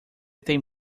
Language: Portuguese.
tem